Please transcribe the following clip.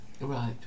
Right